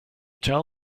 tell